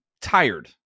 tired